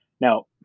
now